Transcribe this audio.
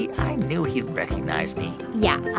i knew he'd recognized me yeah,